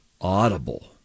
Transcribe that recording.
audible